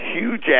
Huge